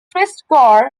christgau